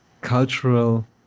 cultural